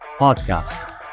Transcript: podcast